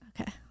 Okay